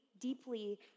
deeply